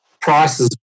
prices